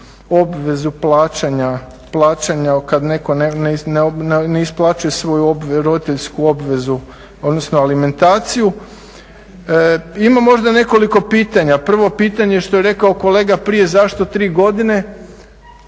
obvezu plaćanja kad netko ne isplaćuje svoju roditeljsku obvezu odnosno alimentacije. Imam možda nekoliko pitanja. Prvo pitanje što je rekao kolega prije zašto tri godine.